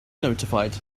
notified